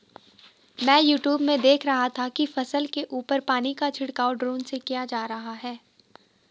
मैं यूट्यूब में देख रहा था कि फसल के ऊपर पानी का छिड़काव ड्रोन से किया जा रहा है